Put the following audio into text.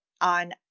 on